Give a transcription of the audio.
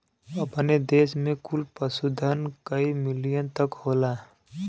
अपने देस में कुल पशुधन कई मिलियन तक होला